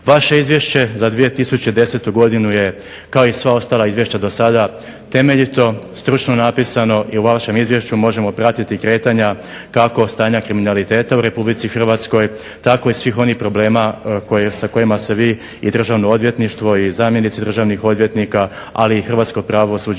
Vaše izvješće za 2010. godinu je kao i sva ostala izvješća do sada temeljito, stručno napisano i u vašem izvješću možemo pratiti kretanja kako stanja kriminaliteta u RH tako i svih onih problema sa kojima se vi i Državno odvjetništvo i zamjenici državnih odvjetnika ali i hrvatsko pravosuđe